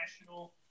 national